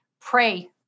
pray